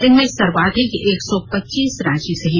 इनमें सर्वाधिक एक सौ पचीस रांची से हैं